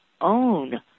own